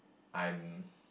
I'm